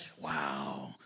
wow